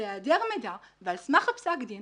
בהיעדר מידע ועל סמך פסק הדין